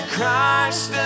Christ